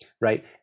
Right